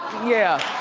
yeah,